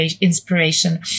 inspiration